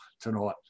tonight